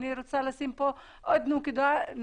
אני רוצה לשים פה עוד נקודה,